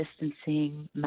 distancing